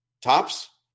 tops